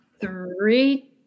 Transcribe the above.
three